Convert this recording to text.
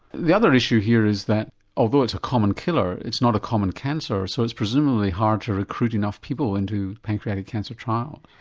the other issue here is that although it's a common killer it's not a common cancer, so it's presumably hard to recruit enough people into pancreatic cancer trials?